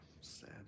Sad